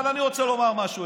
אבל אני רוצה לומר משהו.